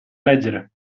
leggere